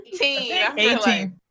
18